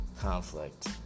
conflict